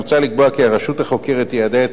מוצע לקבוע כי הרשות החוקרת תיידע את